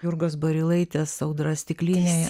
jurgos barilaitės audra stiklinėje